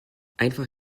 einfach